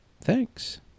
thanks